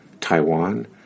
Taiwan